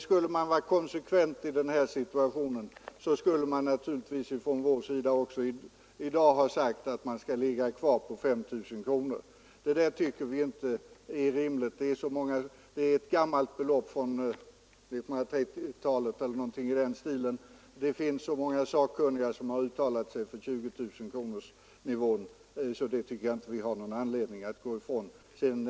Skulle vi vara konsekventa i den här situationen så skulle vi också i dag ha sagt att man skall ligga kvar på 5 000 kronor, men det tycker vi inte är rimligt. Det är ett gammalt belopp, fastställt för flera decennier sedan, och så många sakkunniga har uttalat sig för 20 000-kronorsnivån att det finns ingen anledning att gå ifrån den ståndpunkten.